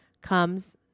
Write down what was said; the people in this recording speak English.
comes